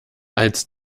als